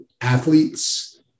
athletes